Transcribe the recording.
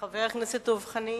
חבר הכנסת דב חנין.